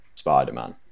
Spider-Man